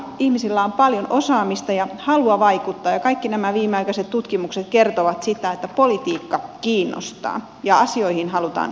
ihmisillä on paljon osaamista ja halua vaikuttaa ja kaikki nämä viimeaikaiset tutkimukset kertovat sitä että politiikka kiinnostaa ja asioihin halutaan vaikuttaa